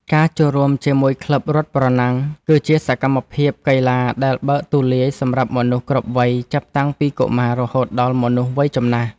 ការចូលរួមជាមួយក្លឹបរត់ប្រណាំង គឺជាសកម្មភាពកីឡាដែលបើកទូលាយសម្រាប់មនុស្សគ្រប់វ័យចាប់តាំងពីកុមាររហូតដល់មនុស្សវ័យចំណាស់។